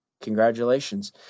Congratulations